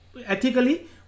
ethically